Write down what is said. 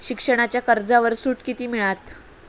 शिक्षणाच्या कर्जावर सूट किती मिळात?